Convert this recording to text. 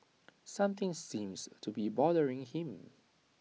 something seems to be bothering him